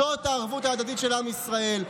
זאת הערבות ההדדית של עם ישראל.